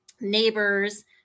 neighbors